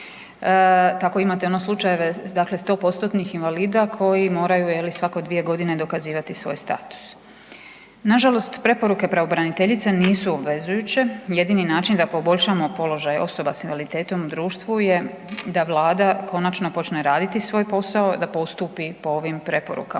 Tako imate ono slučajeve dakle 100%-tnih invalida koji moraju je li svako dvije godine dokazivati svoj status. Nažalost preporuke pravobraniteljice nisu obvezujuće, jedini način da poboljšamo položaj osoba s invaliditetom u društvu je da Vlada konačno počne raditi svoj posao, da postupi po ovim preporukama.